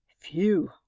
Phew